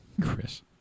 Chris